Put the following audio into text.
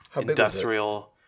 industrial